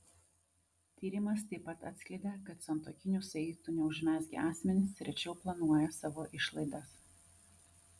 tyrimas taip pat atskleidė kad santuokinių saitų neužmezgę asmenys rečiau planuoja savo išlaidas